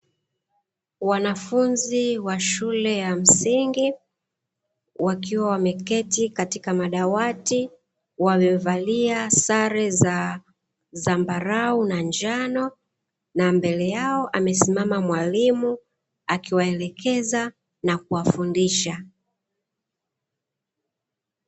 Wanafunzi wa shule ya msingi wakiwa wameketi katika madawati wamevalia sare za zambarau na njano, na mbele yao amesimama mwalimu akiwaelekeza na kuwafundisha.